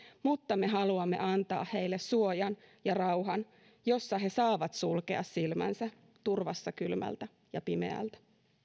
mutta me haluamme antaa heille suojan ja rauhan jossa he saavat sulkea silmänsä turvassa kylmältä ja pimeältä